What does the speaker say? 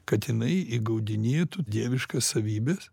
kad jinai įgaudinėtų dieviškas savybes